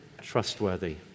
trustworthy